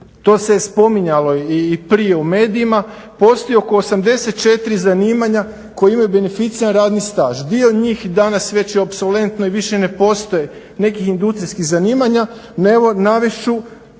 to se je spominjalo i prije u medijima, postoji oko 84 zanimanja koje imaju beneficiran radni staž. Dio njih i danas već apsoletno više ne postoje, nekih industrijskih zanimanja. Navest